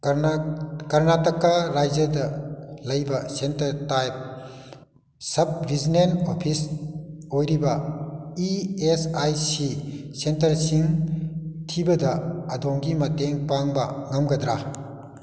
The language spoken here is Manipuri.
ꯀꯔꯅꯥꯇꯀꯥ ꯔꯥꯖ꯭ꯌꯗ ꯂꯩꯕ centre type sub regional office ꯑꯣꯏꯔꯤꯕ ꯏ ꯑꯦꯁ ꯑꯥꯏ ꯁꯤ ꯁꯦꯟꯇꯔꯁꯤꯡ ꯊꯤꯕꯗ ꯑꯗꯣꯝꯒꯤ ꯃꯇꯦꯡ ꯄꯥꯡꯕ ꯉꯝꯒꯗ꯭ꯔꯥ